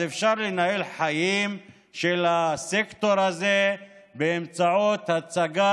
אז אפשר לנהל חיים של הסקטור הזה באמצעות הצגת